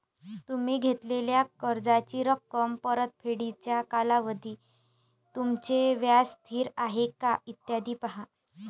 तुम्ही घेतलेल्या कर्जाची रक्कम, परतफेडीचा कालावधी, तुमचे व्याज स्थिर आहे का, इत्यादी पहा